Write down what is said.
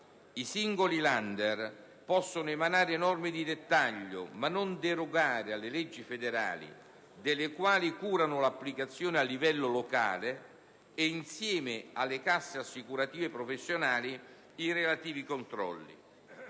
I singoli Länder possono emanare norme di dettaglio, ma non derogare alle leggi federali, delle quali curano l'applicazione a livello locale e, insieme alle casse assicurative professionali, i relativi controlli.